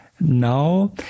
now